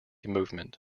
movement